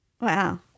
Wow